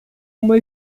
uma